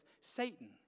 Satan